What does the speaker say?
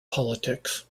politics